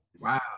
Wow